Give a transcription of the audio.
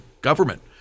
government